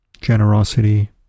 generosity